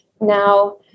Now